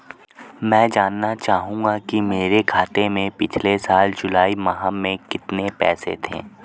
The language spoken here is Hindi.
मैं जानना चाहूंगा कि मेरे खाते में पिछले साल जुलाई माह में कितने पैसे थे?